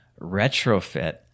retrofit